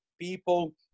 people